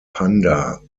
panda